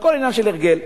הכול עניין של הרגל.